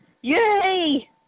Yay